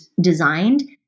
designed